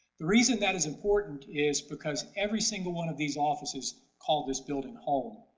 the reason that is important is because every single one of these offices call this building home,